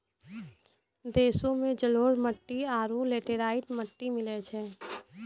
देशो मे जलोढ़ मट्टी आरु लेटेराइट मट्टी मिलै छै